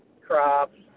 crops